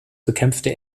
bekämpfte